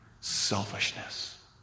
selfishness